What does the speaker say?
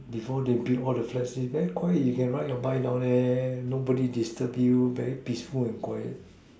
before they build all the flats it's very quiet you can ride your bike down there nobody disturb you very peaceful and quiet